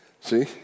See